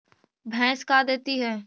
भैंस का देती है?